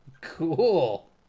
Cool